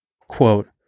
quote